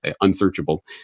unsearchable